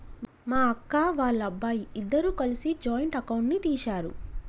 మా అక్క, వాళ్ళబ్బాయి ఇద్దరూ కలిసి జాయింట్ అకౌంట్ ని తీశారు